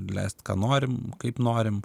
leist ką norim kaip norim